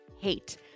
hate